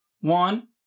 one